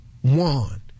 one